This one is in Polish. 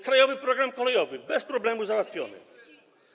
Krajowy program kolejowy” - bez problemu, załatwiony.